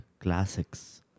Classics